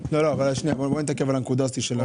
אני לא בטוח שאני הולך להצביע על זה היום.